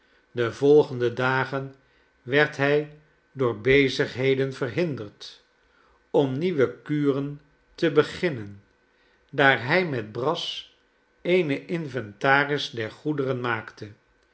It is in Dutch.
de volgende dagen werd hij door bezigheden verhinderd om nieuwe kuren te beginnen daar hij met brass eene inventaris der goederen maakte